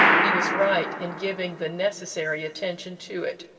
he was right in giving the necessary attention to it.